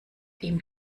ihm